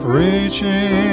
reaching